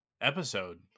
episode